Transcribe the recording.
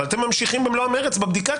אבל אתם ממשיכים במלוא המרץ בבדיקה,